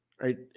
right